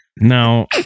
Now